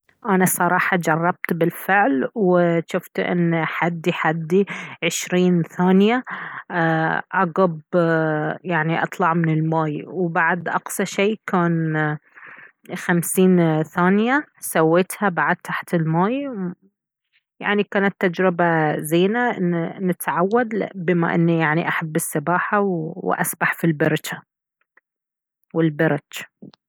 أنا صراحة جربت بالفعل وجفت ان حدي حدي عشرين ثانية ايه عقب يعني اطلع من الماي وبعد اقصى شي كان خمسين ثانية سويتها بعد تحت الماي يعني كانت تجربة زينة ان انه نتعود بما اني احب السباحة واسبح في البركة والبرك